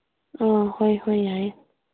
ꯑꯥ ꯍꯣꯏ ꯍꯣꯏ ꯌꯥꯏꯌꯦ